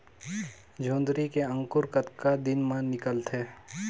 जोंदरी के अंकुर कतना दिन मां निकलथे?